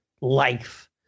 life